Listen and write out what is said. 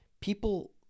People